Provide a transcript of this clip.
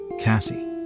Cassie